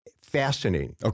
Fascinating